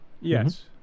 Yes